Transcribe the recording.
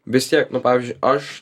vis tiek nu pavyzdžiui aš